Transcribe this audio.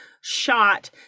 shot